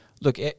Look